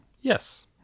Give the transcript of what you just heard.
Yes